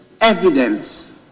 evidence